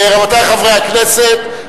רבותי חברי הכנסת,